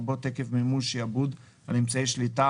לרבות עקב מימוש שעבוד של אמצעי שליטה,